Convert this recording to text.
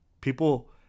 People